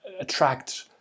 attract